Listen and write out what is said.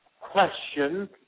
question